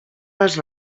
les